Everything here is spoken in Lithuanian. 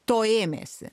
to ėmėsi